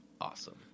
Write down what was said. awesome